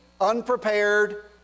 unprepared